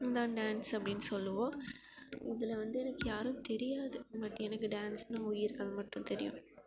இதுதான் டான்ஸ் அப்படின்னு சொல்லுவோம் இதில் வந்து எனக்கு யாரும் தெரியாது உனக்கு எனக்கு டான்ஸ்னால் உயிர் அது மட்டும் தெரியும்